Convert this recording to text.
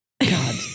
God